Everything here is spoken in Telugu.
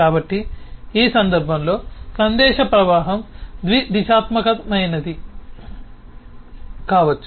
కాబట్టి ఈ సందర్భంలో సందేశ ప్రవాహం ద్వి దిశాత్మకమైనది కావచ్చు